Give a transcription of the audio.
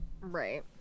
right